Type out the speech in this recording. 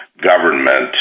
government